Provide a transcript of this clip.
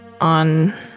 on